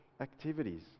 activities